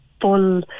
full